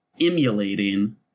emulating